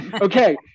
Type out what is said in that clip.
okay